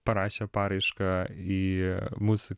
parašė paraišką į mūsų